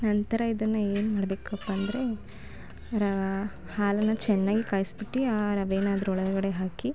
ನಂತರ ಇದನ್ನು ಏನು ಮಾಡಬೇಕಪ್ಪಾ ಅಂದರೆ ರ ಹಾಲನ್ನು ಚೆನ್ನಾಗಿ ಕಾಯಿಸ್ಬಿಟ್ಟು ಆ ರವೆಯ ಅದರೊಳಗಡೆ ಹಾಕಿ